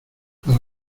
para